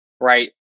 right